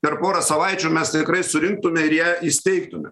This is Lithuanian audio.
per porą savaičių mes tikrai surinktume ir ją įsteigtume